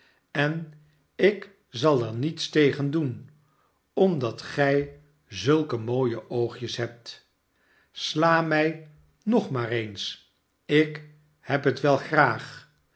en ik zal er niets tegen doen omdat gij zulke mooie oogjes hebt sla mij nog maar eens ik heb het wel graag